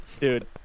dude